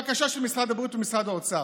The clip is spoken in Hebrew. בקשה של משרד הבריאות ומשרד האוצר.